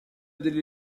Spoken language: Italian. delle